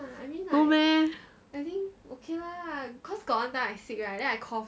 no meh